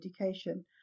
Education